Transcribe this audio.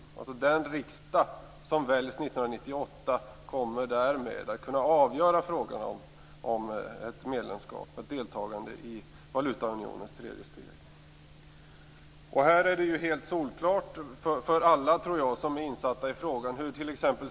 Den riksdag som väljs 1998 kommer därmed att kunna avgöra frågan om ett medlemskap och ett deltagande i valutaunionens tredje steg. Det är solklart, tror jag, för alla som är insatta i frågan hur t.ex.